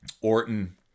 Orton